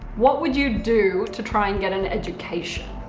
what would you do to try and get an education?